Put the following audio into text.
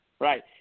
Right